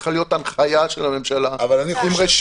צריכה להיות הנחיה של הממשלה עם רשימה.